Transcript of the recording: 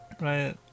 Right